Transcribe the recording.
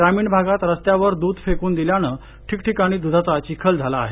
ग्रामीण भागात रस्त्यावर दृध फेकून दिल्यानं ठिकठिकाणी दुधाचा चिखल झाला आहे